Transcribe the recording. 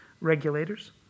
regulators